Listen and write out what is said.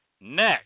Next